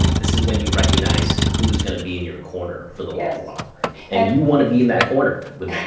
this is when you recognize who's gonna be in your corner for the long haul. and you wanna be in that corner with